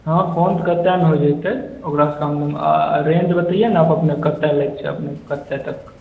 हँ फोन कमेमे हो जतै रेन्ज बतैयै ने अपने कते लैके छै अपने कते तक